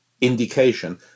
indication